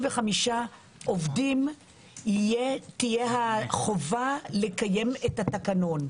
עובדים תהיה החובה לקיים את התקנון.